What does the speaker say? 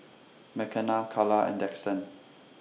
Makenna Kala and Daxton